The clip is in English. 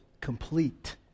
complete